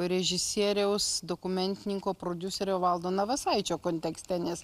režisieriaus dokumentininko prodiuserio valdo navasaičio kontekste nes